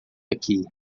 aqui